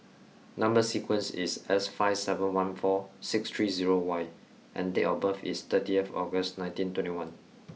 number sequence is S five seven one four six three zero Y and date of birth is thirty August nineteen twenty one